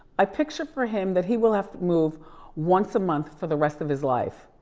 i picture for him that he will have to move once a month for the rest of his life.